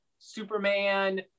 Superman